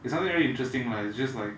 it's not very interesting lah it's just like